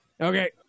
Okay